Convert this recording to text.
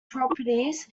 properties